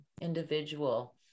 individual